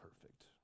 perfect